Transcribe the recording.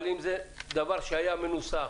אבל אם זה דבר שהיה מנוסח